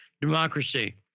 democracy